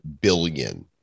billion